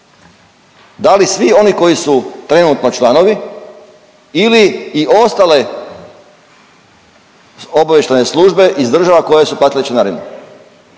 Da li svi oni koji su trenutno članovi ili i ostale obavještajne službe iz država koje su platile članarinu?